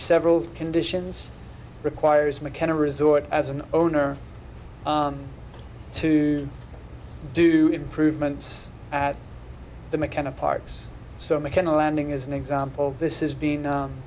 several conditions requires mckenna resort as an owner to do the improvements at the mechanic parks so mckenna landing is an example this is been